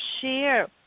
share